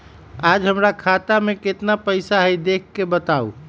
आज हमरा खाता में केतना पैसा हई देख के बताउ?